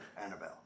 Annabelle